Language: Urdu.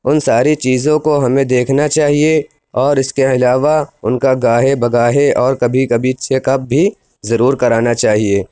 ان ساری چیزوں کو ہمیں دیکھنا چاہیے اور اس کے علاوہ ان کا گاہے بگاہے اور کبھی کبھی چیک اپ بھی ضرور کرانا چاہیے